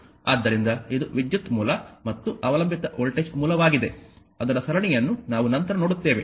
ಆದ್ದರಿಂದ ಇದು ವಿದ್ಯುತ್ ಮೂಲ ಮತ್ತು ಅವಲಂಬಿತ ವೋಲ್ಟೇಜ್ ಮೂಲವಾಗಿದೆ ಅದರ ಸರಣಿಯನ್ನು ನಾವು ನಂತರ ನೋಡುತ್ತೇವೆ